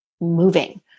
moving